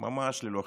ממש ללא חשבון.